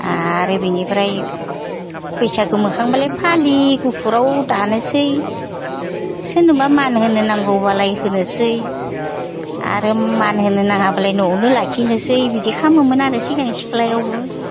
आरो बिनिफ्राय बैसागु मोखांबालाय फालि गुफुराव दानोसै सोरनोबा मानहोनो नांगौबालाय होनोसै आरो मानहोनो नाङाब्लालाय न'आवनो लाखिनोसै बिदि खालामोमोन आरो सिगां सिख्लायावबो